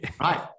Right